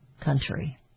country